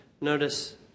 notice